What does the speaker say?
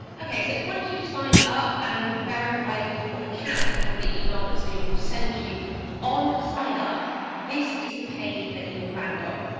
okay so once you've signed up and verified your account from the email that zoom will send you on signup this is the page that you will land on.